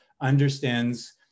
Understands